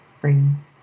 bring